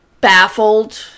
baffled